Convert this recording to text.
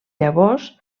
llavors